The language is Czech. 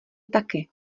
taky